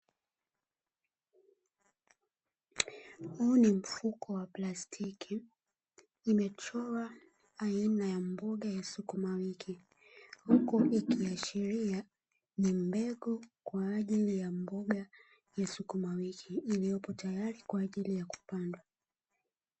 Huu ni mfuko wa plastiki imechora aina ya mboga ya sukuma wiki huku, ikiashiria ni mbegu kwa ajili ya mboga ya sukumawiki iliyopo tayari kwa ajili ya kupandwa.